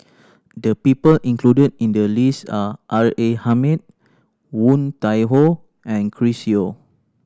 the people included in the list are R A Hamid Woon Tai Ho and Chris Yeo